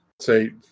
say